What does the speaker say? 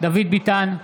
דוד ביטן,